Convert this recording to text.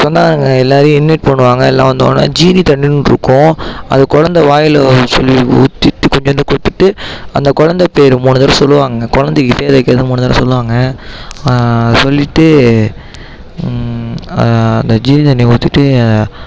சொல்வாங்க எல்லோரையும் இன்வைட் பண்ணுவாங்க எல்லாம் வந்த உடனே ஜீனி தண்ணின்னு ஒன்று இருக்கும் அது கொழந்தை வாயில் சொல்லி ஊத்திவிட்டு கொஞ்சோண்டு கொடுத்துட்டு அந்த கொழந்தை பேர் மூணு தடவை சொல்வாங்க குழந்தைக்கு பேர் வைக்கிறது மூணு தடவை சொல்வாங்க சொல்லிவிட்டு அந்த ஜீனி தண்ணி ஊத்திவிட்டு